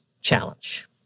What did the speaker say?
challenge